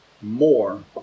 more